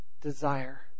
desire